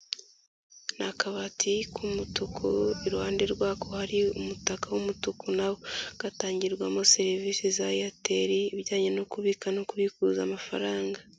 Ni akabati k'umutuku iruhande rwako hari umutaka w'umutuku na wo, gatangirwamo serivisi za Airtel, ibijyanye no kubika no kubikuza amafaranga.